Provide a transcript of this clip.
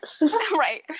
Right